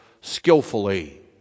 skillfully